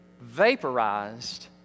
vaporized